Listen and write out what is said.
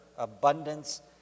abundance